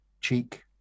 Cheek